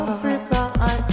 Africa